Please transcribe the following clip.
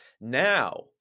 Now